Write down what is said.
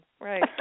Right